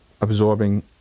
absorbing